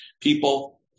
people